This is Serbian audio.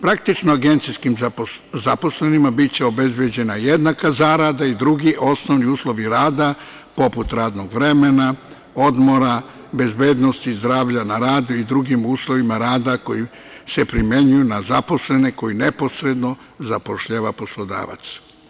Praktično, agencijskim zaposlenima biće obezbeđena jednaka zarada i drugi osnovni uslovi rada poput radnog vremena, odmora bezbednosti, zdravlja na radu i drugim uslovima rada koji se primenjuju na zaposlene koji neposredno zapošljava poslodavac.